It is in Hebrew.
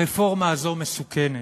הרפורמה הזאת מסוכנת,